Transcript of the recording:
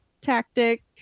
tactic